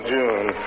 June